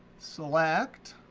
select